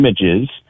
images